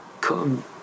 come